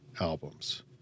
albums